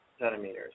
centimeters